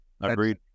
Agreed